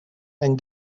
and